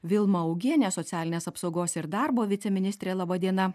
vilma augienė socialinės apsaugos ir darbo viceministrė laba diena